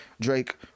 drake